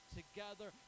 together